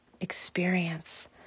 experience